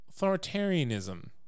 Authoritarianism